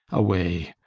away,